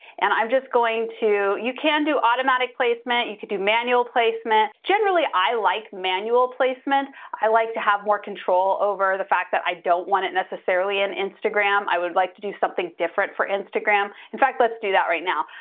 and i'm just going to, you can do automatic placement, you could do manual placement. generally i like manual placement. i like to have more control over the fact that i don't want it necessarily in instagram. i would like to do something different for instagram. in fact, let's do that right now.